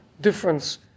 difference